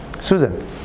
susan